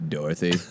Dorothy